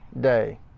day